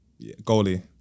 goalie